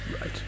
Right